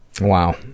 Wow